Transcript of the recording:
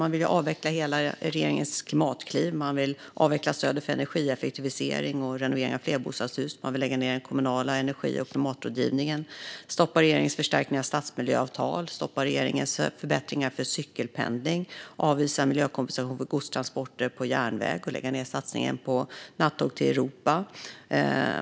Man vill avveckla regeringens hela klimatkliv, avveckla stödet för energieffektivisering och renovering av flerbostadshus, lägga ned den kommunala energi och klimatrådgivningen, stoppa regeringens förstärkning av stadsmiljöavtal, stoppa regeringens förbättringar för cykelpendling, avvisa miljökompensation för godstransporter på järnväg och lägga ned satsningen på natttåg till Europa.